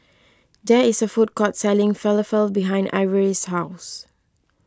there is a food court selling Falafel behind Ivory's house